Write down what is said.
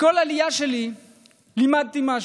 מכול עלייה שלי למדתי משהו,